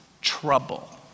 trouble